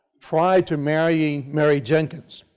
prior to marrying mary jenkins.